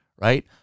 right